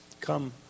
Come